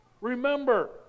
Remember